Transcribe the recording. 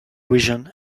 vision